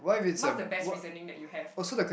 what's the best reasoning that you have